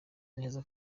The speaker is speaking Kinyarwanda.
neza